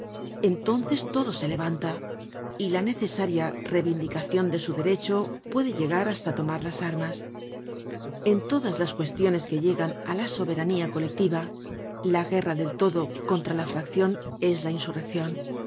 entonces todo se levanta y la necesaria revindicacion de su derecho puede llegar hasta tomar las armas en todas las cuestiones que llegan á la soberanía colectiva la guerra del todo contra la fraccion es la insurreccion